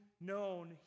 known